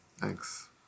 Thanks